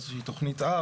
או איזה שהיא תכנית אב,